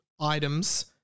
items